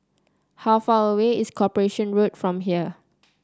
how far away is Corporation Road from here